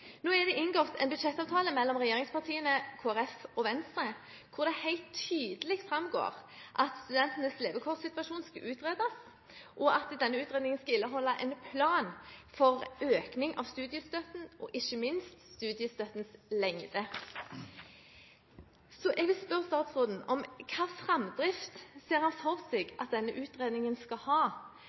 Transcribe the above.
Nå er det inngått en budsjettavtale mellom regjeringspartiene, Kristelig Folkeparti og Venstre hvor det helt tydelig framgår at studentenes levekårssituasjon skal utredes, og at denne utredningen skal inneholde en plan for økning av studiestøtten og, ikke minst, studiestøttens lengde. Så jeg vil spørre statsråden: Hva slags framdrift ser han for seg at denne utredningen skal ha,